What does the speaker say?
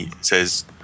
says